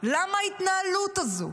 למה ההתנהלות הזו,